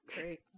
Great